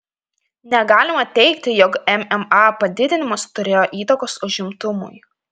negalima teigti jog mma padidinimas turėjo įtakos užimtumui